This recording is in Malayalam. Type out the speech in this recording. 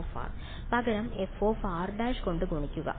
f പകരം fr കൊണ്ട് ഗുണിക്കുക